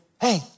hey